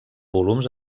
volums